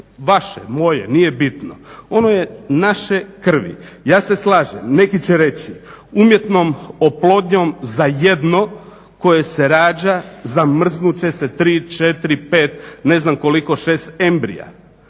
vaše, moje nije bitno. Ono je naše krvi. Ja se slažem, neki će reći umjetnom oplodnjom za jedno koje se rađa zamrznut će se 3,4,5 ne znam koliko, 6 embrija.